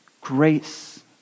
grace